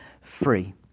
free